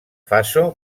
faso